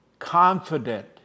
Confident